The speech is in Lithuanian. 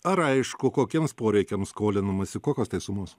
ar aišku kokiems poreikiams skolinamasi kokios tai sumos